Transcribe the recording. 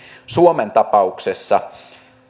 suomen tapauksessa